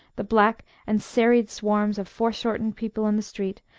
the black and serried swarms of foreshortened people in the street,